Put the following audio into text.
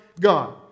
God